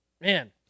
Man